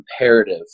imperative